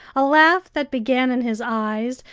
a laugh that began in his eyes,